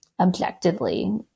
objectively